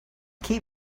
keep